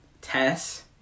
Tess